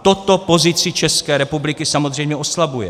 Toto pozici České republiky samozřejmě oslabuje.